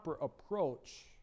approach